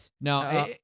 no